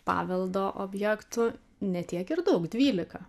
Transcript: paveldo objektų ne tiek ir daug dvylika